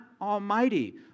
Almighty